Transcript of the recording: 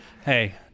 Hey